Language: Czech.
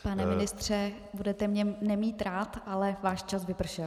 Pane ministře, budete mě nemít rád, ale váš čas vypršel.